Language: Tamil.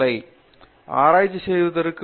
பேராசிரியர் பிரதாப் ஹரிதாஸ் ஆராய்ச்சி செய்வதற்கு